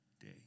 day